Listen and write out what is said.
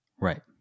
Right